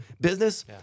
Business